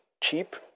cheap